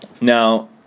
Now